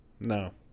No